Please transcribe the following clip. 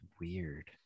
weird